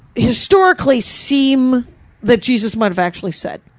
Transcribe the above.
historically seem that jesus might have actually said.